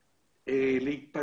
להגיד,